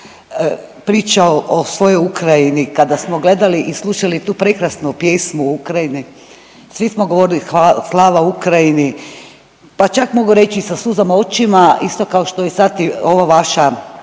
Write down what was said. pričao o svojoj Ukrajini, kada smo gledali i slušali tu prekrasnu pjesmu o Ukrajini svi smo govorili Slava Ukrajini, pa čak mogu reći i sa suzama u očima isto kao što je sad i ova vaša